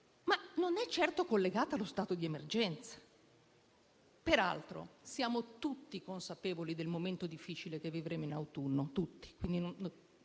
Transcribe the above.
ma non è certo collegato allo stato di emergenza. Peraltro, siamo tutti consapevoli del momento difficile che vivremo in autunno, tutti.